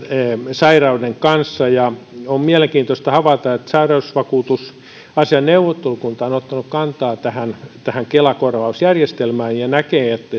sairauden kanssa on mielenkiintoista havaita että sairausvakuutusasiain neuvottelukunta on ottanut kantaa tähän tähän kela korvausjärjestelmään ja näkee että